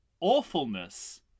awfulness